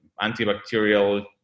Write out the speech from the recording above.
antibacterial